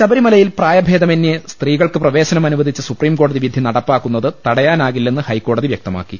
ശബരിമലയിൽ പ്രായഭേദമന്യേ സ്ത്രീകൾക്ക് പ്രവേശനം അനുവദിച്ച സൂപ്രീം കോടതി വിധി നടപ്പാക്കുന്നത് തടയാനാകില്ലെന്ന് ഹൈക്കോടതി വൃക്തമാക്കി